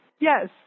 yes